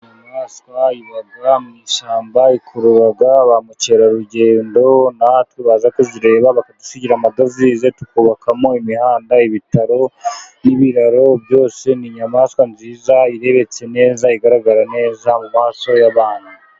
Inyamaswa iba mu ishyamba ikurura ba mukerarugendo, natwe baza kuzireba bakadusigira amadovize tukubakamo imihanda, ibitaro n'ibiraro byose n'inyamaswa nziza, irebetse neza, igaragara neza mu maso y'abantu.